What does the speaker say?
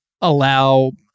allow